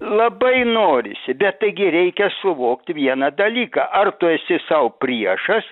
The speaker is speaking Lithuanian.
labai norisi bet taigi reikia suvokt vieną dalyką ar tu esi sau priešas